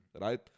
right